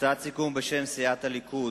סיכום בשם סיעות הליכוד,